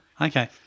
Okay